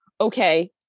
okay